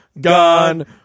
gone